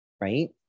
right